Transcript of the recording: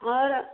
और